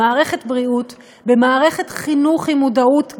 במערכת בריאות, במערכת חינוך עם מודעות גבוהה,